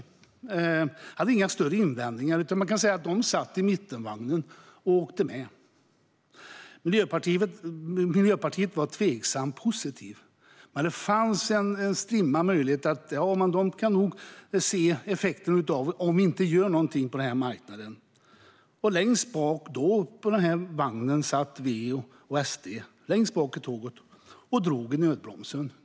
De hade inga större invändningar, utan man kan säga att de satt i mittenvagnen och åkte med. Miljöpartiet var tveksamt positivt. Det fanns en strimma av möjlighet att de kunde se effekterna om vi inte gjorde någonting på marknaden. Längst bak i tåget satt V och SD och drog i nödbromsen.